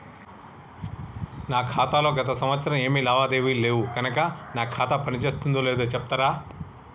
నా ఖాతా లో గత సంవత్సరం ఏమి లావాదేవీలు లేవు కనుక నా ఖాతా పని చేస్తుందో లేదో చెప్తరా?